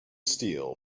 steel